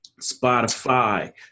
Spotify